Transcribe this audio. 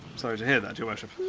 sorry to hear that, your worship.